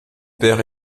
père